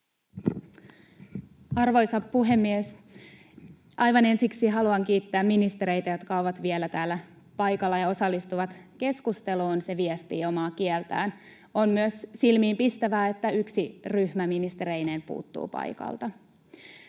Arvoisa puhemies! Aivan ensiksi haluan kiittää ministereitä, jotka ovat vielä täällä paikalla ja osallistuvat keskusteluun. Se viestii omaa kieltään. On myös silmiinpistävää, että yksi ryhmä ministereineen puuttuu paikalta.